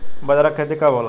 बजरा के खेती कब होला?